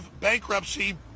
Bankruptcy